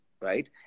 right